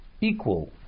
equal